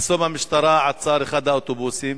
מחסום המשטרה עצר את אחד האוטובוסים,